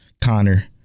Connor